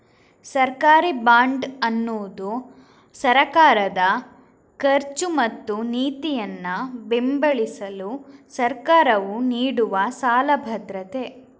ಸರ್ಕಾರಿ ಬಾಂಡ್ ಅನ್ನುದು ಸರ್ಕಾರದ ಖರ್ಚು ಮತ್ತು ನೀತಿಯನ್ನ ಬೆಂಬಲಿಸಲು ಸರ್ಕಾರವು ನೀಡುವ ಸಾಲ ಭದ್ರತೆ